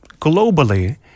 globally